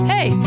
Hey